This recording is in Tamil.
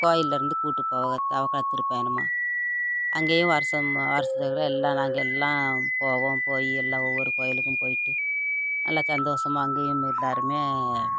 கோவில்லருந்து கூப்பிட்டு போவாக தவக்கால திருப்பயணமாக அங்கேயும் வருடம் வருடத்துக்கு எல்லாம் நாங்கள் எல்லாம் போவோம் போய் எல்லாம் ஒவ்வொரு கோவிலுக்கும் போயிட்டு நல்லா சந்தோசமாக அங்கேயும் எல்லோருமே